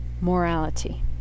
morality